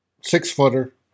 six-footer